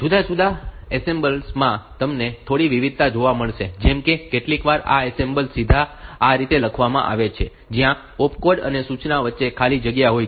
જુદા જુદા એસેમ્બલર્સ માં તમને થોડી વિવિધતા જોવા મળશે જેમ કે કેટલીકવાર આ લેબલ્સ સીધા આ રીતે લખવામાં આવે છે જ્યાં ઓપકોડ અને સૂચના વચ્ચે ખાલી જગ્યા હોય છે